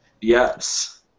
Yes